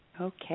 Okay